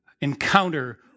encounter